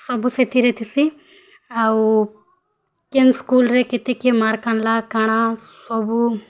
ସବୁ ସେଥିରେ ଥେସି ଆଉ କିନ୍ ସ୍କୁଲ୍ରେ କେତେ କିଏ ମାର୍କ ଆଣିଲା କାଣା ସବୁ